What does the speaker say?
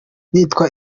nitwa